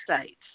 States